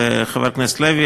חבר הכנסת לוי,